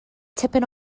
tipyn